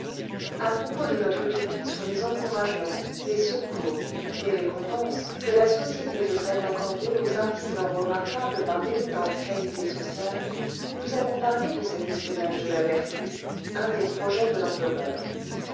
à propos de notre utopie sur les encouragements les secours les récompenses que la société devrait accorder aux artisans remarquables par d'éminentes qualités sociales nous avons parlé de cet espionnage de la vertu un des projets de l'empereur